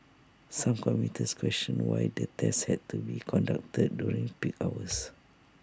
some commuters questioned why the tests had to be conducted during peak hours